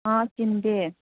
ꯑꯥ ꯆꯤꯟꯗꯦ